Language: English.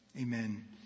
Amen